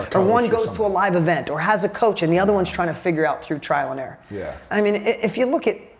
or one goes to a live event or has a coach and the other one is trying to figure out through trial and error. yeah i mean, if you look at,